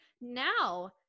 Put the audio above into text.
Now